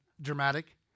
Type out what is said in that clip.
dramatic